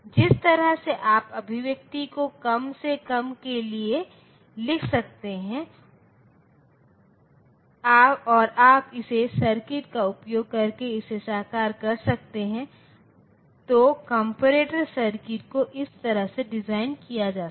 जिस तरह से आप अभिव्यक्ति को कम से कम लेस्स देन के लिए लिख सकते हैं और आप इसे सर्किट का उपयोग करके इसे साकार कर सकते हैं तो कॉम्परेटर सर्किट को इस तरह से डिजाइन किया जा सके